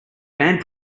band